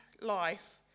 life